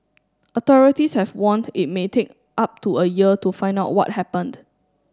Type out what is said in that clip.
authorities have warned it may take up to a year to find out what happened